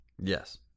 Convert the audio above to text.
Yes